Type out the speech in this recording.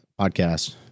podcast